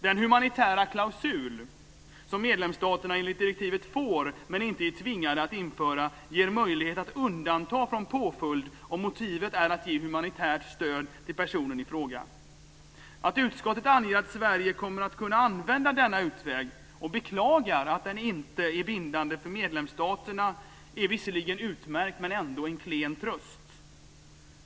Den "humanitära klausul" som medlemsstaterna enligt direktivet får men inte är tvingade att införa ger möjlighet att undanta från påföljd om motivet är att ge humanitärt stöd till personen i fråga. Att utskottet anger att Sverige kommer att kunna använda denna utväg och beklagar att den inte är bindande för medlemsstaterna är visserligen utmärkt men ändå en klen tröst.